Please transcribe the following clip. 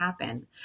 happen